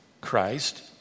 Christ